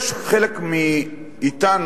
יש חלק מאתנו,